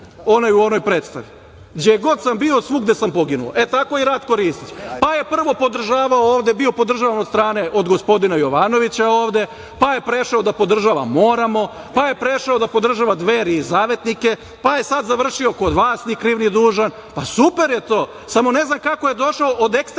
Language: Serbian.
onaj u onoj predstavi. „Đe god sam bio, svugde sam poginuo“, e tako i Ratko Ristić. Prvo je podržavao, bio podržavan od strane od gospodina Jovanovića ovde, pa je prešao da podržava Moramo, pa je prešao da podržava Dveri i Zavetnike, pa je sad završio kod vas ni kriv ni dužan. Pa super je to. Samo ne znam kako je došao od ekstremnog